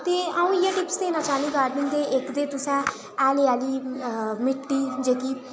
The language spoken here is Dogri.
ते अ'ऊं इ'यै टिप्स देना चाह्न्नीं गाडर्निंग दी इक ते तुसें हैलै आह्ली मिट्टी जेह्की